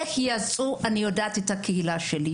איך יצאו, אני יודעת מהקהילה שלי.